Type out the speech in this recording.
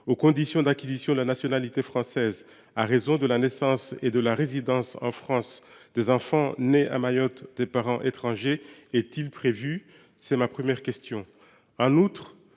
aux conditions d’acquisition de la nationalité française à raison de la naissance et de la résidence en France des enfants nés à Mayotte de parents étrangers est il prévu ? En outre,